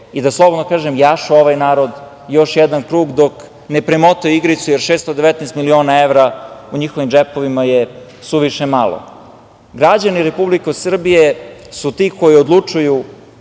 i da slobodno kažem, jašu ovaj narod još jedan krug dok ne premotaju igricu, jer 619 miliona evra u njihovim džepovima je suviše malo. Građani Republike Srbije su ti koji odlučuju